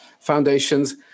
foundations